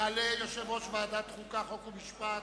יעלה יושב ראש ועדת חוקה, חוק ומשפט.